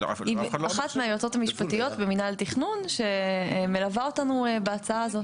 עם אחת מהיועצות המשפטיות במינהל התכנון שמלווה אותנו בהצעה הזאת.